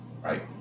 Right